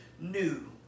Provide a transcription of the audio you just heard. new